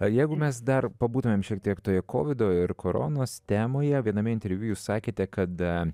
o jeigu mes dar pabūtumėm šiek tiek toje kovido ir koronos temoje viename interviu jūs sakėte kada